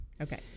Okay